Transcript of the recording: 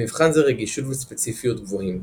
למבחן זה רגישות וספציפיות גבוהים,